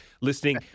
listening